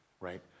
right